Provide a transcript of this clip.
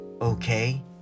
Okay